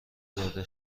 داده